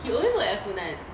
he always work at funan